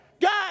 God